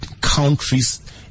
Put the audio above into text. countries